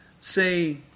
say